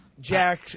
Jack